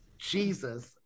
Jesus